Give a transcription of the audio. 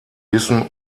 wissen